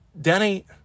Denny